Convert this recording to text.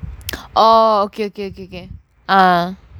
oh okay okay okay okay ah